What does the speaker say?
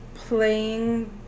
Playing